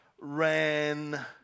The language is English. Ran